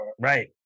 Right